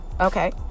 Okay